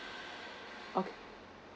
okay